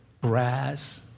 brass